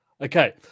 Okay